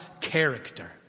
character